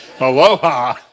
Aloha